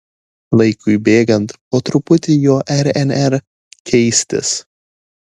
laikui bėgant po truputį jo rnr keistis